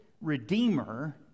Redeemer